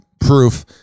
proof